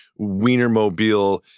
Wienermobile